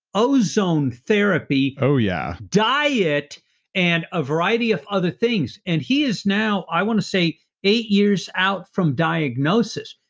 ozone therapy oh yeah. diet and a variety of other things. and he is now, i want to say eight years out from diagnosis,